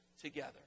together